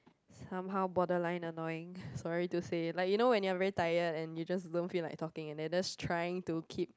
somehow borderline annoying sorry to say like you know when you are very tired and you just don't feel like talking and then they just trying to keep